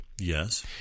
Yes